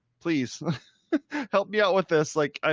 please help me out with this. like i,